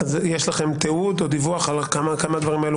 על הזכויות הדמוקרטיות במדינת ישראל ועליה כמדינת חוק.